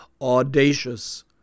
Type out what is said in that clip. audacious